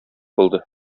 булды